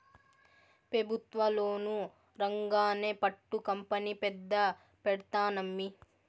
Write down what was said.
పెబుత్వ లోను రాంగానే పట్టు కంపెనీ పెద్ద పెడ్తానమ్మీ